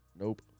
Nope